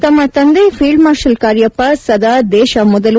ತನ್ನ ತಂದೆ field marshal Cariappa ಸದಾ ದೇಶ ಮೊದಲು